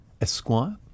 Esquire